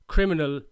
Criminal